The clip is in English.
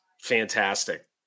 fantastic